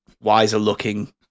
wiser-looking